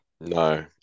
No